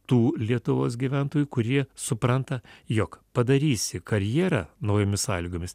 tų lietuvos gyventojų kurie supranta jog padarysi karjerą naujomis sąlygomis